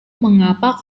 mengapa